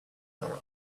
are